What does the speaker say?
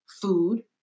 food